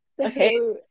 okay